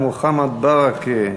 חבר הכנסת מוחמד ברכה,